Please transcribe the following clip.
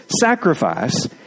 sacrifice